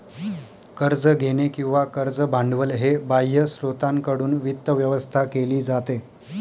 कर्ज घेणे किंवा कर्ज भांडवल हे बाह्य स्त्रोतांकडून वित्त व्यवस्था केली जाते